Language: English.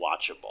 watchable